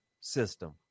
system